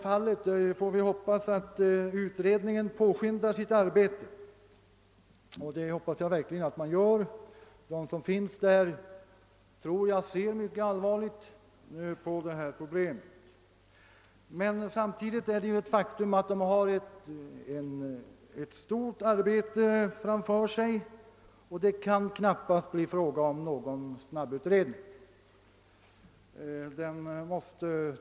Vi får hoppas att utredningen påskyndar sitt arbete — jag tror att dess ledamöter ser mycket allvarligt på problemet — men det kan ändå knappast bli någon snabbutredning, eftersom det rör sig om ett omfattande arbete.